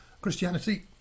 Christianity